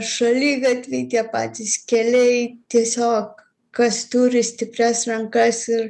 šaligatviai tie patys keliai tiesiog kas turi stiprias rankas ir